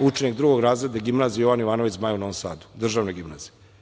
učenik drugog razreda gimnazije "Jovan Jovanović Zmaj" u Novom Sadu, državne gimnazije.